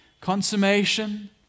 Consummation